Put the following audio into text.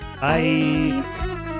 Bye